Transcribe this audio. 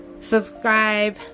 subscribe